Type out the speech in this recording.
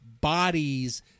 bodies